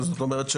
זאת אומרת,